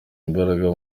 imbaraga